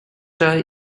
thai